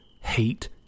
hate